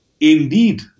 Indeed